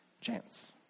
chance